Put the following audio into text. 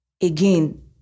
again